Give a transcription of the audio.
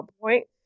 point